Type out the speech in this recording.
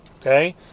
Okay